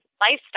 lifestyle